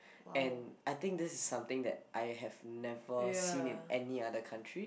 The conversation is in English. and I think this is something that I have never seen in any other country